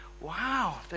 wow